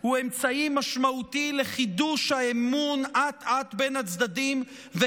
הוא אמצעי משמעותי לחידוש האמון בין הצדדים אט-אט,